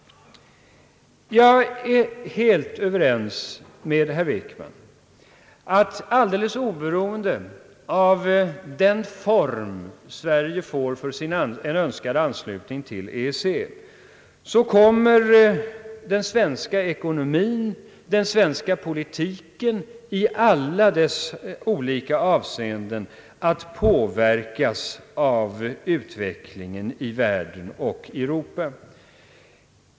Jag är helt överens med herr Wickman om att alldeles oberoende av den form Sverige får för en önskad anslutning till EEC, kommer den svenska ekonomin och den svenska politiken i dess olika avseenden att påverkas av utvecklingen i världen och i Europa.